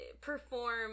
perform